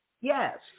Yes